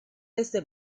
desde